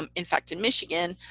um in fact, in michigan,